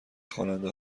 خواننده